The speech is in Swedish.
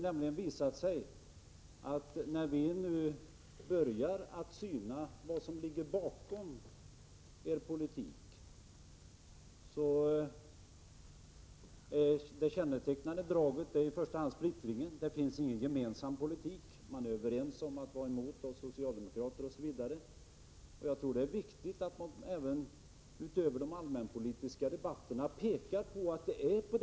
Det har visat sig att när vi nu börjar syna vad som ligger bakom er politik, så finner vi att det kännetecknande draget är splittringen. Det finns ingen gemensam politik. De borgerliga är överens om att vara emot oss socialdemokrater osv. Jag tror det är viktigt att man, även utöver de allmänpolitiska debatterna, pekar på att det är så.